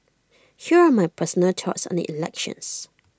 here are my personal thoughts on the elections